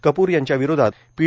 कपूर यांच्या विरोधात पी